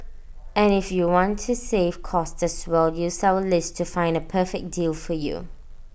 and if you want to save cost as well use our list to find A perfect deal for you